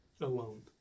alone